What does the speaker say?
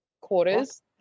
quarters